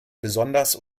besonders